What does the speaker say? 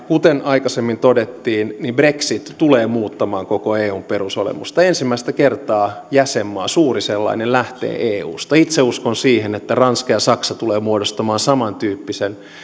kuten aikaisemmin todettiin brexit tulee muuttamaan koko eun perusolemusta ensimmäistä kertaa jäsenmaa suuri sellainen lähtee eusta itse uskon siihen että ranska ja saksa tulevat muodostamaan samantyyppisen